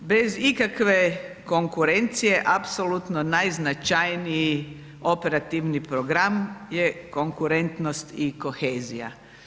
Bez ikakve konkurencije apsolutno najznačajniji operativni program je konkurentnost i kohezija.